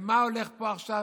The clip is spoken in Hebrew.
ומה הולך פה עכשיו?